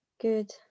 good